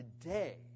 today